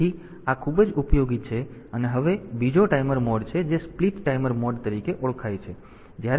તેથી આ ખૂબ જ ઉપયોગી છે અને હવે બીજો ટાઈમર મોડ છે જે સ્પ્લિટ ટાઈમર મોડ તરીકે ઓળખાય છે